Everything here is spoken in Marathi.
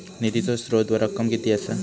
निधीचो स्त्रोत व रक्कम कीती असा?